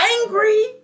angry